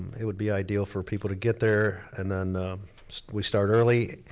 it would be ideal for people to get there and then we start early.